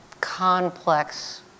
complex